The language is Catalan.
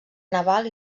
naval